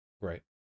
Right